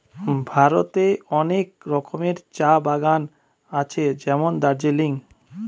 ভারতে অনেক রকমের চা বাগান আছে যেমন দার্জিলিং